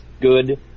good